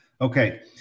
Okay